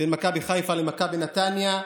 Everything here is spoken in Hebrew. בין מכבי חיפה למכבי נתניה.